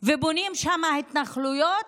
ובונים שם התנחלויות,